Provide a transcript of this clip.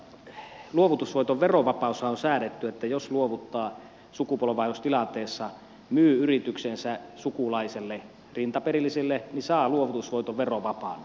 muun muassa luovutusvoiton verovapaushan on säädetty että jos luovuttaa sukupolvenvaihdostilanteessa myy yrityksensä sukulaiselle rintaperilliselle niin saa luovutusvoiton verovapaana